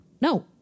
no